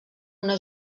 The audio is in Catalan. una